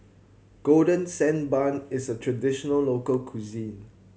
Golden Sand Bun is a traditional local cuisine